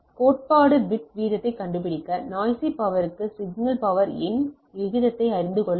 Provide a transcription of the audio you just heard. கோட்பாட்டு பிட் வீதத்தைக் கண்டுபிடிக்க நாய்சி பவர்க்கு சிக்னல் பவர் இன் விகிதத்தை அறிந்து கொள்ள வேண்டும்